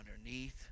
underneath